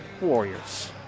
Warriors